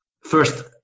First